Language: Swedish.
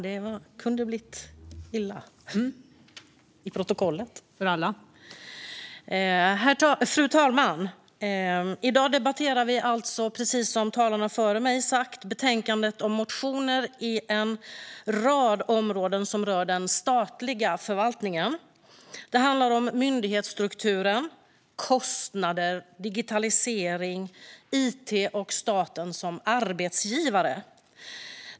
Fru talman! I dag debatterar vi alltså, som talarna före mig sagt, betänkandet om motioner inom en rad områden som rör den statliga förvaltningen. Det handlar om myndighetsstrukturen, kostnader, digitalisering, it och staten som arbetsgivare.